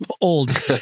old